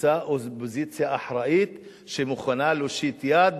תמצא אופוזיציה אחראית שמוכנה להושיט יד